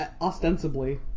Ostensibly